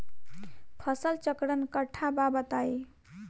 फसल चक्रण कट्ठा बा बताई?